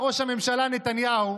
אמר ראש הממשלה נתניהו: